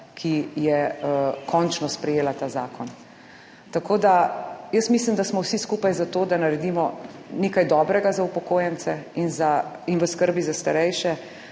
ki je končno sprejela ta zakon. Jaz mislim, da smo vsi skupaj za to, da naredimo nekaj dobrega za upokojence in v skrbi za starejše,